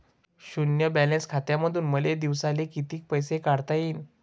शुन्य बॅलन्स खात्यामंधून मले दिवसाले कितीक पैसे काढता येईन?